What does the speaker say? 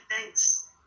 thanks